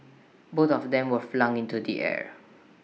both of them were flung into the air